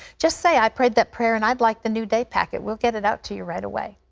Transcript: just say, i prayed that prayer, and i'd like the new day packet. we'll get it out to you right away.